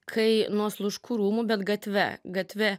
kai nuo sluškų rūmų bet gatve gatve